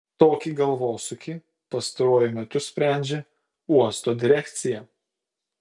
tokį galvosūkį pastaruoju metu sprendžia uosto direkcija